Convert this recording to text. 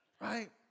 right